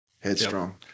headstrong